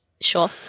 Sure